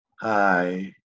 hi